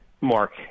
Mark